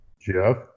Jeff